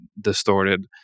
distorted